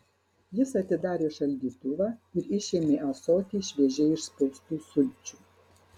jis atidarė šaldytuvą ir išėmė ąsotį šviežiai išspaustų sulčių